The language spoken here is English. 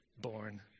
born